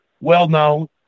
well-known